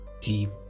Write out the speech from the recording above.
deep